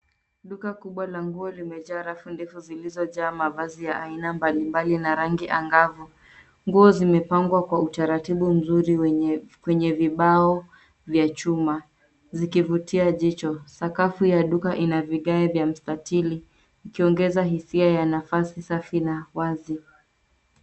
Duka kubwa la nguo limejaa rafu ndefu zilizojaa mavazi ya aina mbalimbali na rangi angavu. Nguo zimepangwa kwa utaratibu mzuri kwenye vibao vya chuma, zikivutia jicho. sakafu ya duka ina vigae vya mstatili, ukiongeza hisia ya nafasi safi na wazi.